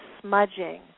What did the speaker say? smudging